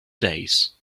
days